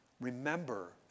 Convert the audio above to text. Remember